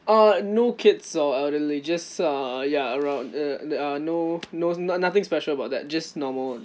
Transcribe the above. uh no kids or elderly just uh ya around uh uh no no noth~ nothing special about that just normal